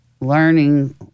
learning